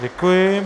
Děkuji.